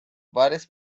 várias